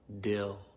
dill